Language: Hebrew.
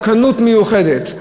דווקנות מיוחדת.